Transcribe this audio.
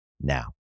now